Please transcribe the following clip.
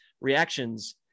reactions